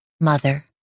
Mother